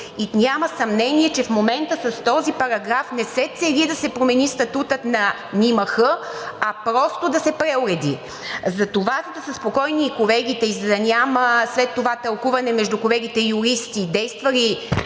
Няма съмнение, че в момента с този параграф не се цели да се промени статутът на НИМХ, а просто да се преуреди, за да са спокойни колегите и за да няма след това тълкуване между колегите юристи действа ли